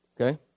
Okay